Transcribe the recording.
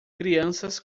crianças